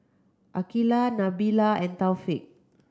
Aqeelah Nabila and Taufik